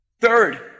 Third